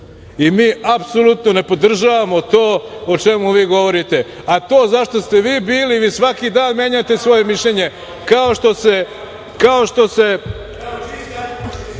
i mi apsolutno ne podržavamo to o čemu vi govorite. A, to za šta ste vi bili vi svaki dan menjate svoje mišljenje kao što se